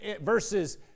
versus